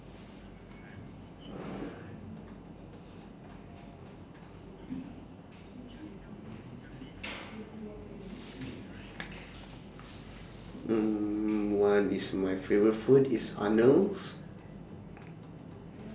mm what is my favourite food it's arnold's